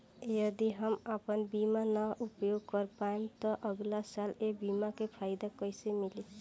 यदि हम आपन बीमा ना उपयोग कर पाएम त अगलासाल ए बीमा के फाइदा कइसे मिली?